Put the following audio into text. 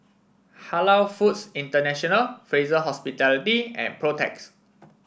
Halal Foods International Fraser Hospitality and Protex